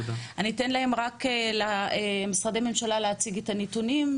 אני אתן למשרדי הממשלה רק להציג את הנתונים,